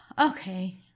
Okay